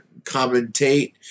commentate